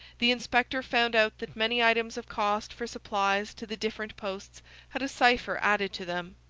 the inspector found out that many items of cost for supplies to the different posts had a cipher added to them.